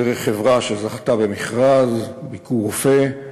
דרך חברה שזכתה במכרז, "ביקורופא",